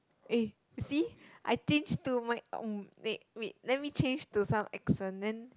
eh you see I change to my wait wait let me change to some accent then